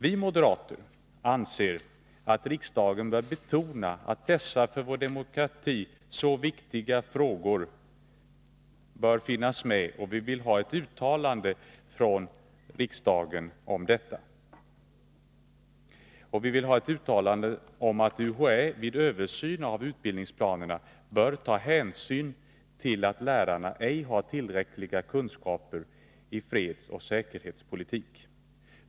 Vi moderater anser att riksdagen bör betona att dessa för vår demokrati så viktiga frågor finns med, och vi vill ha ett uttalande från riksdagen om detta. Vi vill vidare ha ett uttalande om att UHÄ vid översyn av utbildningsplanerna bör ta hänsyn till att lärarna ej har tillräckliga kunskaper i fredsoch säkerhetspolitik.